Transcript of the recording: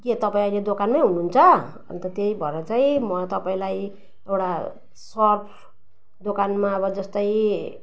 के तपाईँ अहिले दोकानमै हुनुहुन्छ अनि त त्यही भएर चाहिँ म तपाईँलाई एउटा सप दोकानमा अब जस्तै